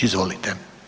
Izvolite.